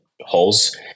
holes